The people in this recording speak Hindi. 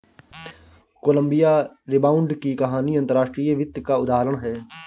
कोलंबिया रिबाउंड की कहानी अंतर्राष्ट्रीय वित्त का उदाहरण है